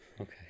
Okay